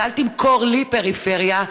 ואל תמכור לי פריפריה,